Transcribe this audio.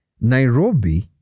Nairobi